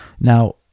Now